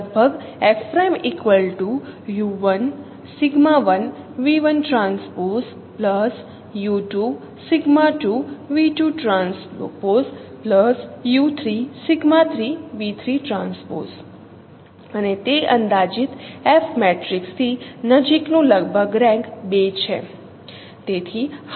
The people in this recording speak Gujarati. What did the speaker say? નજીકનો ક્રમ 2 લગભગ અને તે અંદાજિત F મેટ્રિક્સથી નજીકનું લગભગ રેન્ક 2 છે